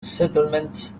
settlements